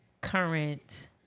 current